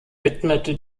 widmete